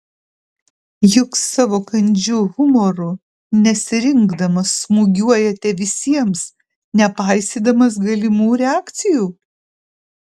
juk savo kandžiu humoru nesirinkdamas smūgiuojate visiems nepaisydamas galimų reakcijų